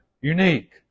unique